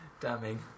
Damning